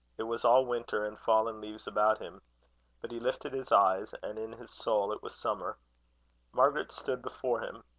it was all winter and fallen leaves about him but he lifted his eyes, and in his soul it was summer margaret stood before him.